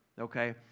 okay